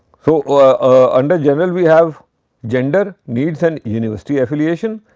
so, a under general, we have gender needs and university affiliation.